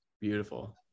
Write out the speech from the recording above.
Beautiful